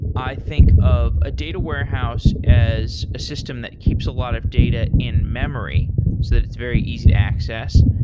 i think of a data warehouse as a system that keeps a lot of data in memory so that it's very easy access.